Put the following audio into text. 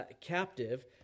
captive